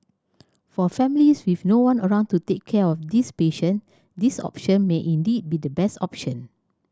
for families with no one around to take care of these patient this option may indeed be the best option